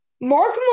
Mark